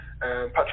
Patrick